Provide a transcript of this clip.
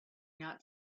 not